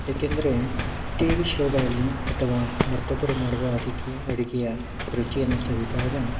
ಏಕೆಂದರೆ ಟಿವಿ ಶೋಗಳಲ್ಲಿ ಅಥವಾ ಮತ್ತೊಬ್ಬರು ಮಾಡುವ ಅಡುಗೆಯ ಅಡುಗೆಯ ರುಚಿಯನ್ನು ಸವಿದಾಗ